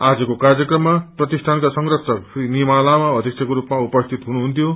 आजको कार्यक्रम प्रतिष्ठानक संरक्षक श्री निमा लमा अध्यक्षको रूपमा उपस्थित हुनुहुन्थिो